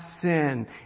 sin